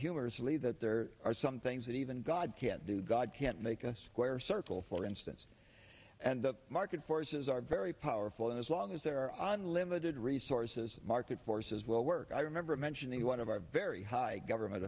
humorously that there are some things that even god can do god can't make a square circle for instance and the market forces are very powerful and as long as there are unlimited resources market forces will work i remember mentioning one of our very high government